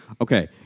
Okay